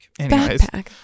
backpack